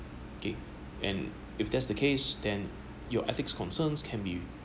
okay if that's the case then your ethics concerns can be